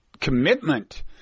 commitment